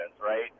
right